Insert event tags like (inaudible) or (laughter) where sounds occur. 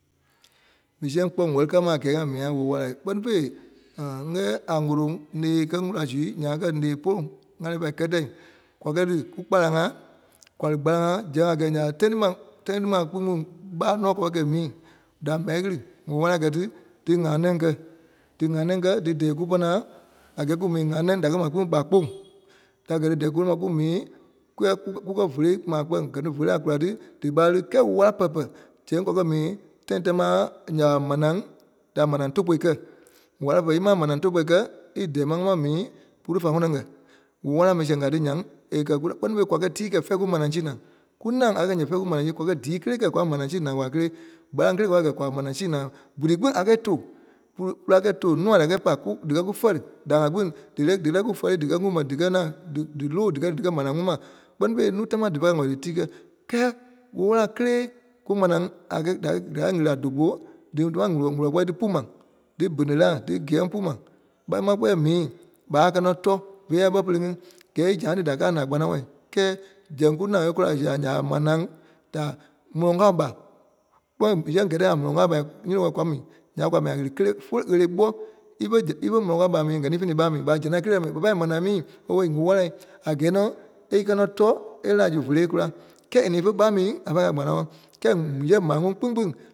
Mii sɛŋ kpɔ́ wɛli a ma ŋá wɛli a mii a ɣele-wàla kpɛ́ni fêi (hesitation) kɛ̀ɛ a woloŋ nee kɛ̀ kula su, ŋá kɛ née polu ŋa lɛɛ pai kɛtɛ. Kwa kɛ li kúkpalaŋ-ŋa, kwa li kpalaŋ-ŋa, zɛŋ ŋa kɛ nya ɓa tâi tí ma- tâi tí ma kpîŋ kpîŋ ɓa nɔ́ kwa kɛ mii da m̀ɓa ɣili ɣele-wàla a kɛ̀ ti, dí ŋ̀anɛɛ kɛ̀. Dí ŋ̀anɛɛ kɛ̀ dí dɛ́ɛ kùpɔ naa a kɛ́ɛ ku mii. ŋ̀anɛɛ da kɛ kpîŋ ɓa kpɔŋ. Da kɛ̀ tí dɛ̀ɛ ku mii kwa kukɛ- kukɛ fòlo maa kpɛŋ kɛ̀-ní fòlo a kula tí dí ɓa ɣili kɛ́lɛ ɣele-wala zɛŋ kwa kɛ̀ mii tâi támaa nya ɓa manaa da mànaa tóu-ɓɔ kɛ̀, ɣele-wala pɛlɛ ípa manaa tóu-ɓɔ kɛ̀ i dɛɛ ɓɔ̀ ŋa pa mii, pulu fa ŋɔnɔ kɛ̀. Ɣele-wàla mii sɛŋ kaa tí nyaŋ è kɛ̀ kpɛ́ni fêi kwa kɛ̀ tii fɛɛ ku manaa si naa. Kunaŋ a kɛ̀ ǹyɛɛ fɛɛ ku manaa si. Kwa kɛ̀ dii kélee kɛ́ kwa kɛ manaa si gwaa kélee. Kpalaŋ kélee kwa kɛ kwa manaa si na gbilee kpîŋ a kɛ́ tóo pulu- kwa kɛ̀ tóo nua da káa pa ku díkɛ ku fɛli da pa kpîŋ díkɛ ku fɛli díkɛ ŋumɛ dikɛ naa dí- dí lóo díkɛ- díkɛ manaa ŋuma kpɛ́ni fêi núui támaa dífa wɛlii dí tii kɛ̀, kɛ́ɛ ɣele-wàla kélee kù manaa a kɛ̀- da kɛ́- díkɛ ɣili a tóu-ɓɔ dí wulɔ- wulɔ gbɔlii pu maa dí bene la dí kiyɛŋ pu ma. ɓa maa kpɛ́ɛ mii kpáa kɛ nɔ́ tɔ̂ŋ. Fe yɛɛ bɛi pere ŋí kɛ́ɛ í zaâi ŋí da káa naa kpanaŋɔɔ, kɛ́ɛ zɛŋ kunâŋ a kula su nya ɓa manaa da mɔ̀lɔŋ kao ɓa. Kpɔ́ mii sɛŋ kɛ́tɛ ɓa mɔ̀lɔŋ kao ɓa nyíti ŋɔi kwa mii, nya kwa mii a ɣele kélee. Ɣele è ɓoi ífe sɛŋ- ífe mɔ̀lɔŋ kao ɓa mii ní, kɛ́-ní ífe ní ɓa mii ní. ɓa zɛŋ da kélee da mii, ɓa pai manaa mii owei ɣele-wàla a kɛ́ɛ nɔ́ è íkɛ nɔ́ tɔ̂ŋ, é lɛɛ la zu fólo a kula. Kɛɛ e ní ífe ɓa mii ní a pai kɛi a kpanaŋɔɔ. Kɛ́ɛ mii sɛŋ maa ŋuŋ kpîŋ kpîŋ